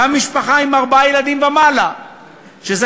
גם משפחה עם ארבעה ילדים ומעלה שזכאית